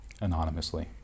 anonymously